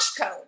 Code